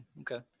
Okay